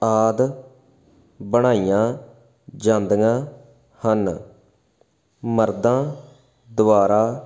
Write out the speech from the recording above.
ਆਦਿ ਬਣਾਈਆਂ ਜਾਂਦੀਆਂ ਹਨ ਮਰਦਾਂ ਦੁਆਰਾ